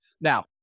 Now